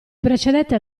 precedette